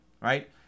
right